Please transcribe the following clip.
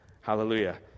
Hallelujah